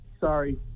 Sorry